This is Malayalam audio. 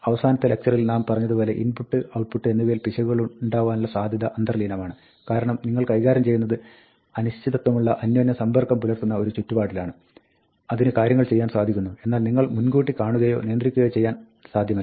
അവസാനത്തെ ലക്ചറിൽ നാം പറഞ്ഞതു പോലെ ഇൻപുട്ട് ഔട്ട്പുട്ട് എന്നിവയിൽ പിശകുകളുണ്ടാകുവാനുള്ള സാധ്യത അന്തർലീനമാണ് കാരണം നിങ്ങൾ കൈകാര്യം ചെയ്യുന്നത് അനിശ്ചിതത്വമുള്ള അന്യോന്യം സമ്പർക്കം പുലർത്തുന്ന ഒരു ചുറ്റുപാടിലാണ് അതിന് കാര്യങ്ങൾ ചെയ്യാൻ സാധിക്കുന്നു എന്നാൽ നിങ്ങൾക്ക് മുൻകൂട്ടി കാണുകയോ നിയന്ത്രിക്കുകയോ ചെയ്യാൻ സാധ്യമല്ല